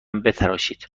بتراشید